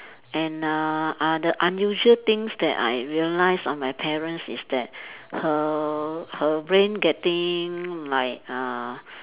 and uh uh the unusual things that I realise on my parents is that her her brain getting like uh